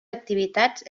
activitats